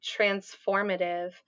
transformative